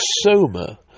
Soma